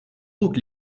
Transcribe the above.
roques